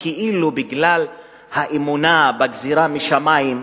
שכאילו בגלל האמונה בגזירה משמים,